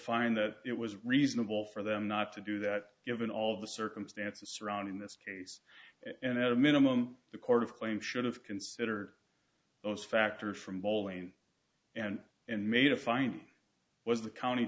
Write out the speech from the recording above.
find that it was reasonable for them not to do that given all the circumstances surrounding this case and at a minimum the court of claims should have considered those factors from bowling and and made a find was the county